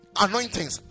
Anointings